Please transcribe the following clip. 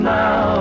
now